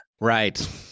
Right